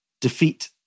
defeat